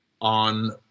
on